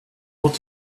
what